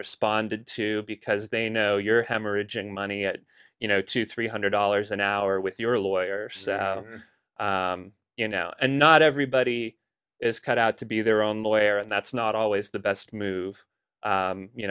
responded to because they know you're hemorrhaging money at you know two three hundred dollars an hour with your lawyers you know and not everybody is cut out to be their own lawyer and that's not always the best move